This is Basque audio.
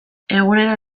egunero